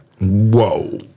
Whoa